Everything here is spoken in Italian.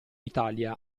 italia